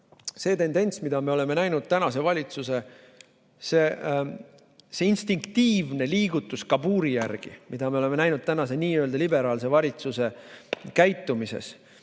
See tendents, mida me oleme näinud praeguse valitsuse puhul, see instinktiivne liigutus kabuuri järgi, mida me oleme näinud praeguse n-ö liberaalse valitsuse käitumises